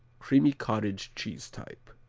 creamy cottage-cheese type.